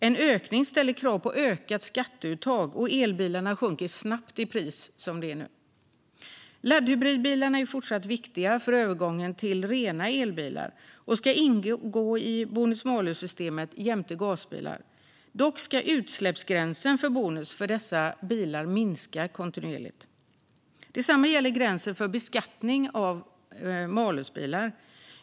En ökning ställer krav på ökat skatteuttag, och elbilarna sjunker snabbt i pris, som det är nu. Laddhybridbilarna är fortsatt viktiga för övergången till rena elbilar och ska ingå i bonus-malus-systemet jämte gasbilar. Dock ska utsläppsgränsen för bonus för dessa bilar sjunka kontinuerligt. Detsamma gäller gränsen för beskattning av malusbilar.